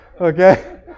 Okay